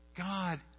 God